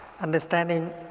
Understanding